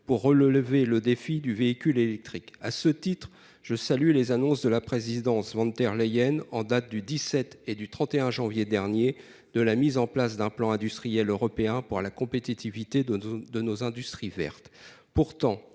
pour relever le défi du véhicule électrique. À ce titre je salue les annonces de la présidence terre Leyen en date du 17 et du 31 janvier dernier, de la mise en place d'un plan industriel européen pour la compétitivité de nos, de nos industries vertes. Pourtant